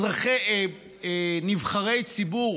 ונבחרי ציבור,